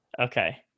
Okay